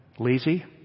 Lazy